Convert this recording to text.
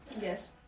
Yes